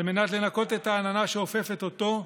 על מנת לנקות את העננה שאופפת אותו,